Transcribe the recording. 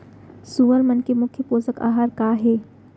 सुअर मन के मुख्य पोसक आहार का हे?